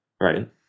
Right